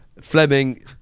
Fleming